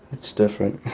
it's different.